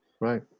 Right